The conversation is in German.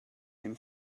dem